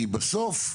כי בסוף,